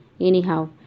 anyhow